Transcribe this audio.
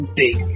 big